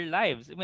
lives